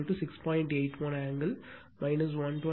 8 1 angle 21